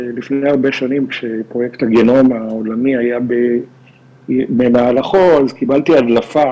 שלפני הרבה שנים כשפרוייקט הגהנום העולמי היה במהלכו אז קיבלתי הדלפה